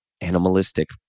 animalistic